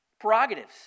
prerogatives